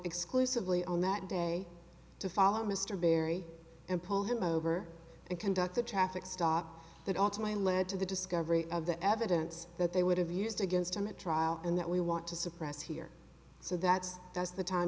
exclusively on that day to follow mr berry and pull him over and conduct a traffic stop that ultimately led to the discovery of the evidence that they would have used against him at trial and that we want to suppress here so that does the time